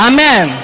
Amen